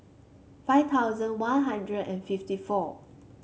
five thousand One Hundred and fifty four